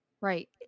Right